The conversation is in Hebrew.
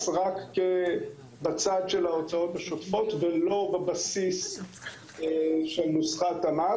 רק בצד של ההוצאות השוטפות ולא בבסיס של נוסחת המס.